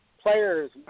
players